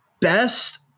best